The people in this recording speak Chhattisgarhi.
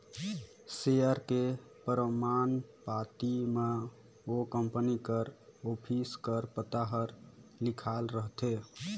सेयर के परमान पाती म ओ कंपनी कर ऑफिस कर पता हर लिखाल रहथे